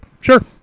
Sure